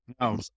no